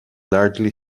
largely